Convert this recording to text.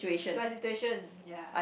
my situation ya